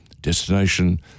Destination